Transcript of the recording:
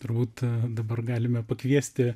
turbūt dabar galime pakviesti